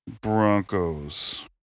Broncos